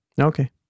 Okay